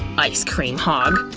ice cream hog.